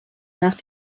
nach